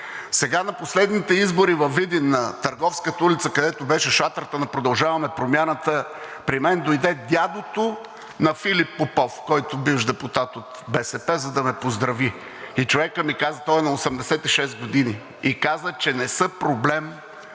Сега на последните избори във Видин на търговската улица, където беше шатрата на „Продължаваме Промяната“ при мен дойде дядото на Филип Попов, бивш депутат от БСП, за да ме поздрави – човекът е на 86 години и каза, че не е проблем